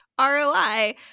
ROI